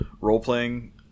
role-playing